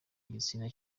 igitsina